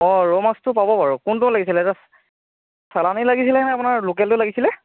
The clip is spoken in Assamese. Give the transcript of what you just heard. অঁ ৰৌ মাছটো পাব বাৰু কোনটো লাগিছিলে জাছ্ চালানী লাগিছিলে নে আপোনাৰ লোকেলটো লাগিছিলে